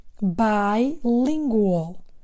bilingual